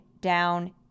down